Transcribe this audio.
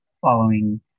following